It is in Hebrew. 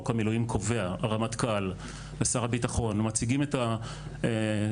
המילואים קובע ה רמטכ"ל ושר הביטחון מציגים את מה